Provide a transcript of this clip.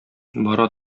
бара